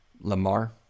Lamar